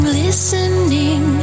listening